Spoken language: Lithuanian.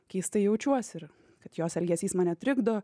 keistai jaučiuosi ir kad jos elgesys mane trikdo